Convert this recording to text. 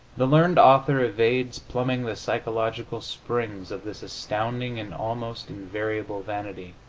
the learned author evades plumbing the psychological springs of this astounding and almost invariable vanity,